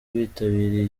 bitabiriye